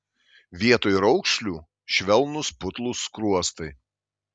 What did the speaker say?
vietoj raukšlių švelnūs putlūs skruostai